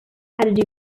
had